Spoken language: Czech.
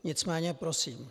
Nicméně prosím.